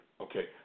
okay